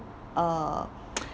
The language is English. uh